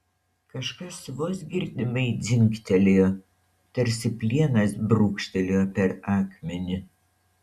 kažkas vos girdimai dzingtelėjo tarsi plienas brūkštelėjo per akmenį